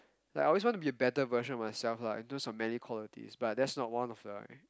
like I always want to be a better version of myself lah in terms of many qualities but that's not one of the~